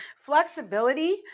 Flexibility